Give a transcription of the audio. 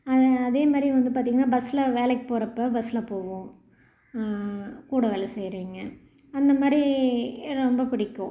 அது அதேமாதிரி வந்து பார்த்திங்கன்னா பஸ்ஸில் வேலைக்கு போறப்போ பஸ்ஸில் போவோம் கூட வேலை செய்யுறவைங்க அந்த மாதிரி என்ன ரொம்ப பிடிக்கும்